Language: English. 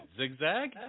Zigzag